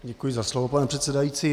Děkuji za slovo, pane předsedající.